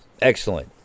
Excellent